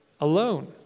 alone